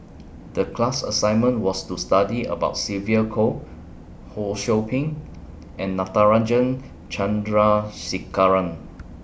The class assignment was to study about Sylvia Kho Ho SOU Ping and Natarajan Chandrasekaran